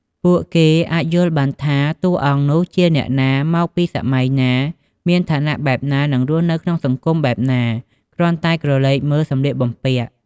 ពួកគេអាចយល់បានថា តើតួអង្គនោះជាអ្នកណា មកពីសម័យណា មានឋានៈបែបណា និងរស់នៅក្នុងសង្គមបែបណា គ្រាន់តែក្រឡេកមើលសម្លៀកបំពាក់។